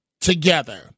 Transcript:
together